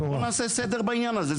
לכן אני מבקש שבואו נעשה סדר בעניין הזה.